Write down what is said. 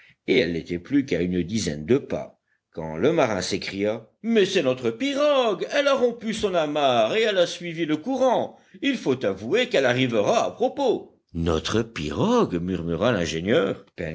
et elle n'était plus qu'à une dizaine de pas quand le marin s'écria mais c'est notre pirogue elle a rompu son amarre et elle a suivi le courant il faut avouer qu'elle arrivera à propos notre pirogue murmura l'ingénieur